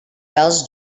wells